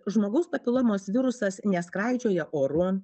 žmogaus papilomos virusas neskraidžioja oru